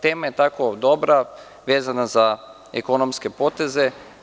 Tema je tako dobra, vezana za ekonomske poteze.